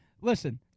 Listen